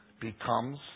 becomes